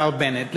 השר בנט,